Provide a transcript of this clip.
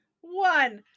one